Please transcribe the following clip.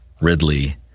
Ridley